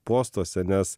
postuose nes